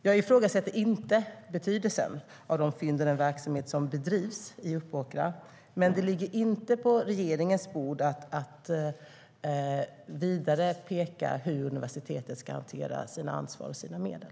Jag ifrågasätter inte betydelsen av fynden eller den verksamhet som bedrivs i Uppåkra, men det ligger inte på regeringens bord att peka på hur universitetet ska hantera sina ansvar och medel.